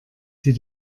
sie